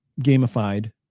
gamified